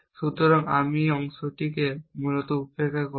সুতরাং আমি এই অংশটিকে মূলত উপেক্ষা করি